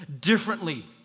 differently